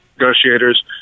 negotiators